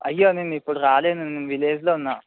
అయ్యో నేను ఇప్పుడు రాలేను విలేజ్లో ఉన్న